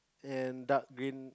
and dark green